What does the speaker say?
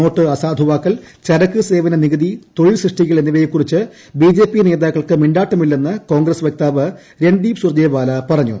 not അസാധുവാക്കൽ ചരക്ക് സേവന നികുതി തൊഴിൽ സൃഷ്ടിക്കൽ എന്നിവയെ കുറിച്ച് ബിജെപി നേതാക്കൾക്ക് മിണ്ടാട്ടമില്ലെന്ന് കോൺഗ്രസ് വക്താവ് രൺദീപ് സുർജെവാല പറഞ്ഞു